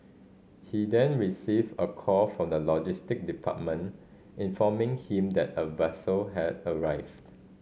he then received a call from the logistic department informing him that a vessel had arrived